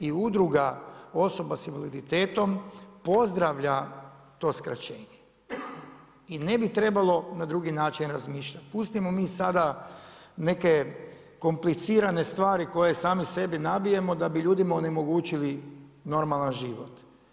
I udruga osoba s invaliditetom pozdravlja to skraćenje i ne bi trebalo na drugi način razmišljati, pustimo mi sada neke komplicirane stvari koje sami sebi nabijemo da bi ljudima onemogućili normalan život.